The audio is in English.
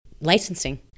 Licensing